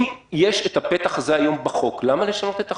אם יש את הפתח הזה היום בחוק, למה לשנות את החוק?